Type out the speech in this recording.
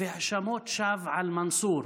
והאשמות שווא על מנסור.